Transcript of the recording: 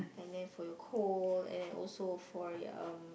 and then for your cold and then also for uh um